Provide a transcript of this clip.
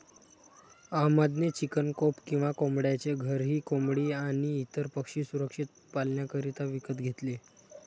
अहमद ने chicken coop किंवा कोंबड्यांचे घर ही कोंबडी आणी इतर पक्षी सुरक्षित पाल्ण्याकरिता विकत घेतले